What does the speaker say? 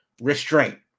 restraint